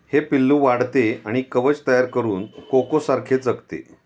हे पिल्लू वाढते आणि कवच तयार करून कोकोसारखे जगते